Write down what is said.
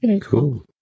cool